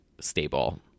stable